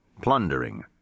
Plundering